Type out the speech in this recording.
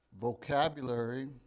vocabulary